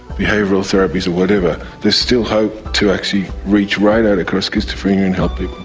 behavioural therapies or whatever, there's still hope to actually reach right out across schizophrenia and help